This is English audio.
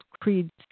creeds